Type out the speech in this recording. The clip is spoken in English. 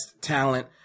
talent